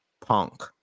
Punk